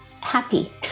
happy